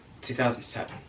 2007